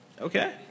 Okay